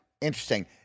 interesting